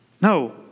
No